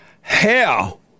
hell